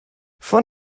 von